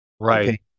Right